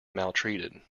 maltreated